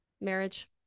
marriage